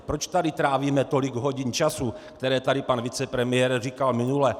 Proč tady trávíme tolik hodin času, které tady pan vicepremiér říkal minule?